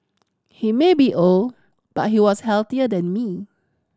he may be old but he was healthier than me